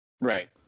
Right